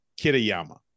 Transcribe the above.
Kitayama